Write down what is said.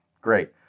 Great